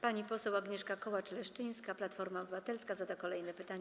Pani poseł Agnieszka Kołacz-Leszczyńska, Platforma Obywatelska, zada kolejne pytanie.